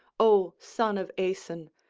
o son of aeson?